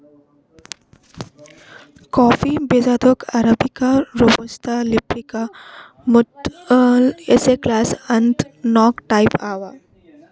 coffee ಬೀಜಾದಾಗ್ arabica, robusta, liberica ಮತ್ತ್ excelsa ಅಂತ್ ನಾಕ್ ಟೈಪ್ ಅವಾ